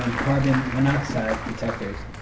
um carbon monoxide detectors.